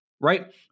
right